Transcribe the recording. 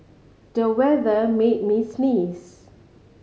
the weather made me sneeze